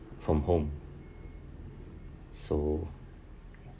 from home so